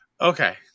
okay